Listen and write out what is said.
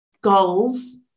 goals